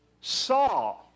saw